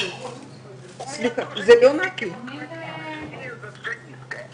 לי להגיע וקודם כל לחזק אתכן